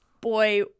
boy